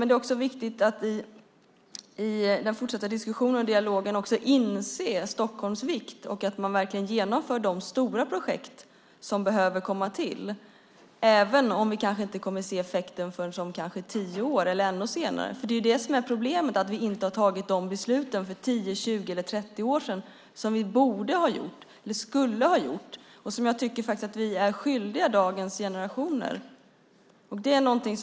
Det är också viktigt att vi i den fortsatta diskussionen och dialogen också inser Stockholms vikt och genomför de stora projekt som behövs, även om vi kanske inte kommer att se effekten förrän om tio år eller ännu senare. Problemet är att vi inte fattade dessa beslut för 10-30 år sedan - som vi borde eller skulle ha gjort. Vi är skyldiga dagens generationer detta.